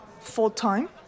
full-time